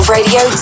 Radio